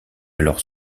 alors